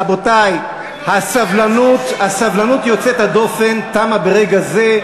רבותי, הסבלנות היוצאת דופן תמה ברגע זה.